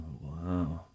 wow